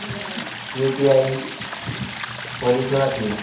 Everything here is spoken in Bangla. ইউ.পি.আই পরিষেবা কি?